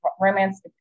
romance